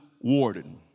warden